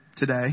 today